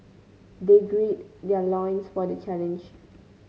they gird their loins for the challenge